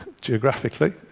geographically